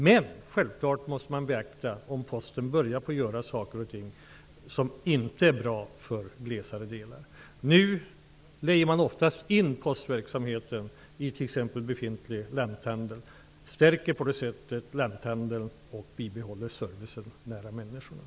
Men självfallet måste man vara uppmärksam på om Posten börjar göra saker och ting som inte är bra för mer glesbefolkade delar. Nu läggs postverksamheten oftast in i t.ex. befintlig lanthandel. Man stärker på det sättet lanthandeln, och servicen bibehålls nära människorna.